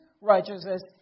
righteousness